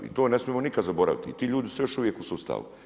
I to ne smijemo nikada zaboraviti i ti ljudi su još uvijek u sustavu.